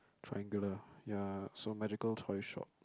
triangular ya so magical toy shop